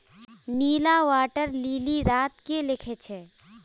नीला water lily रात के खिल छे